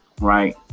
right